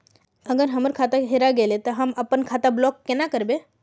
अगर हमर खाता हेरा गेले ते हम अपन खाता ब्लॉक केना करबे?